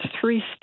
three